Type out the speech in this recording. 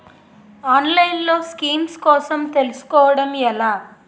ఆన్లైన్లో స్కీమ్స్ కోసం తెలుసుకోవడం ఎలా?